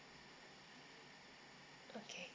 okay